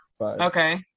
Okay